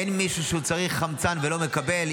אין מישהו שצריך חמצן ולא מקבל.